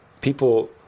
people